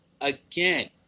again